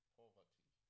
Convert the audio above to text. poverty